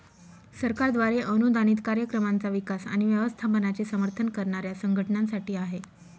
सरकारद्वारे अनुदानित कार्यक्रमांचा विकास आणि व्यवस्थापनाचे समर्थन करणाऱ्या संघटनांसाठी आहे